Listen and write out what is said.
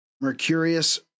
Mercurius